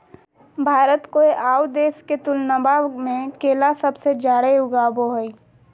भारत कोय आउ देश के तुलनबा में केला सबसे जाड़े उगाबो हइ